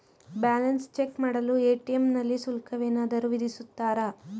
Balance check ಮಾಡಲು ATM ನಲ್ಲಿ ಶುಲ್ಕವೇನಾದರೂ ವಿಧಿಸುತ್ತಾರಾ?